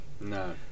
No